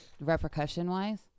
repercussion-wise